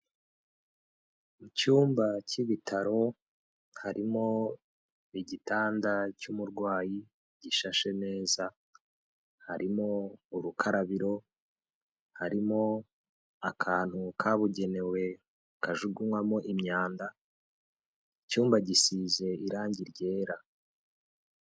Mu cyumba cy'ibitaro harimo igitanda cy'umurwayi gisashe neza, harimo urukarabiro, harimo akantu kabugenewe kajugunywamo imyanda, icyumba gisize irangi ryera.